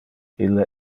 ille